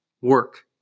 work